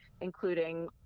including